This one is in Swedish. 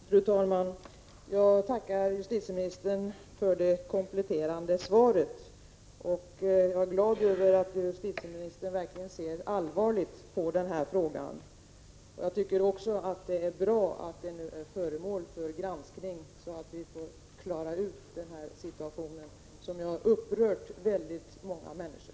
Fru talman! Jag tackar justitieministern för det kompletterande svaret. Jag är glad över att justitieministern verkligen ser allvarligt på den här frågan. Vidare tycker jag att det är bra att frågan nu är föremål för granskning, så att vi kan klara ut hur det förhåller sig i det här fallet. Det inträffade har ju upprört väldigt många människor.